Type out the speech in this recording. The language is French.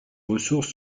ressources